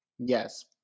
Yes